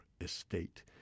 estate